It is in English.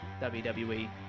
WWE